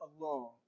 alone